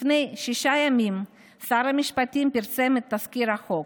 לפני שישה ימים שר המשפטים פרסם את תזכיר החוק,